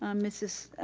um mrs.